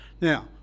now